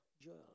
Joel